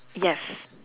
yes